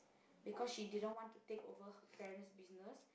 because she didn't want to take over her parents business